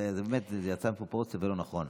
זה באמת יצא מפרופורציה וזה לא נכון.